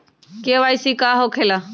KYC का हो के ला?